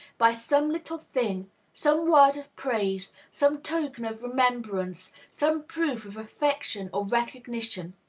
by some little thing some word of praise, some token of remembrance, some proof of affection or recognition.